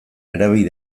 erabil